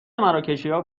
مراکشیا